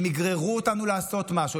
אם יגררו אותנו לעשות משהו,